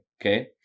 Okay